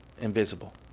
invisible